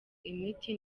imiti